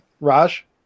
Raj